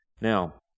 Now